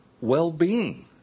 well-being